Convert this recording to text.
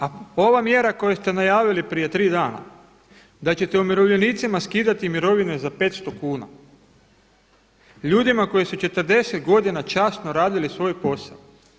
A ova mjera koju ste najavili prije 3 dana, da ćete umirovljenicima skidati mirovine za 500 kuna, ljudima koji su 40 godina časno radili svoj posao.